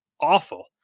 awful